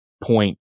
point